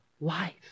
Life